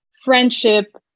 friendship